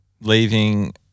leaving